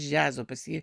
džiazo pas jį